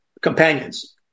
companions